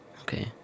Okay